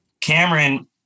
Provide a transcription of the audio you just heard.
Cameron